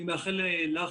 אני מאחל לך,